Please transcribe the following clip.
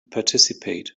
participate